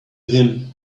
him